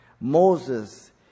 Moses